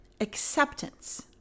acceptance